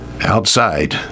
outside